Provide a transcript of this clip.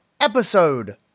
episode